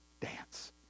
dance